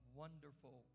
wonderful